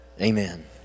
Amen